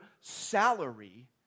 salary